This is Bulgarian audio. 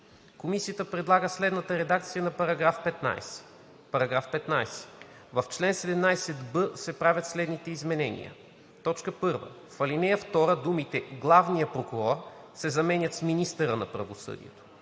Комисията предлага следната редакция на § 15: „§ 15. В чл. 17б се правят следните изменения: 1. В ал. 2 думите „главния прокурор“ се заменят с „министъра на правосъдието“.